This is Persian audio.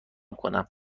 کنم